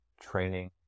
training